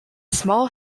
small